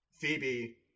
Phoebe